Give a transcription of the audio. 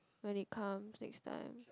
when it comes next time